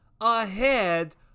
ahead